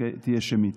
תהיה שמית.